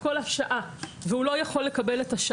את כל זה לא ידעתי.